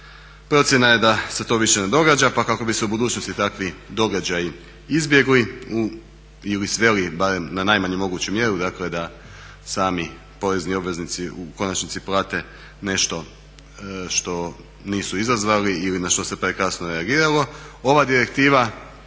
Procjena je da se to više ne događa pa kako bi se u budućnosti takvi događaji izbjegli ili sveli barem na najmanju moguću mjeru dakle da sami porezni obveznici u konačnici plate nešto što nisu izazvali ili na što se prekasno reagiralo.